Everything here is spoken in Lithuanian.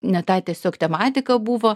ne ta tiesiog tematika buvo